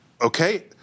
Okay